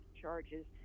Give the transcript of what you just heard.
charges